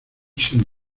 sin